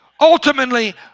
Ultimately